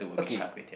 okay